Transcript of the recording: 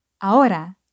Ahora